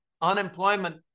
unemployment